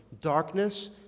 darkness